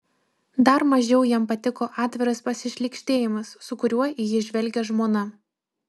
dar mažiau jam patiko atviras pasišlykštėjimas su kuriuo į jį žvelgė žmona